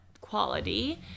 quality